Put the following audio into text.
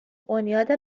بنیاد